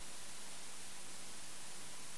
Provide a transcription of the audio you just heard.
וקרוב ל-30 שנה ל"מבצע משה".